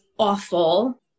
awful